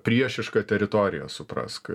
priešišką teritoriją suprask